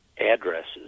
addresses